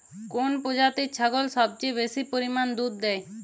কোন প্রজাতির ছাগল সবচেয়ে বেশি পরিমাণ দুধ দেয়?